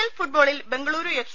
L ഫുട്ബോളിൽ Bengaluru F